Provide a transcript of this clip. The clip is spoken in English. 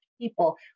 people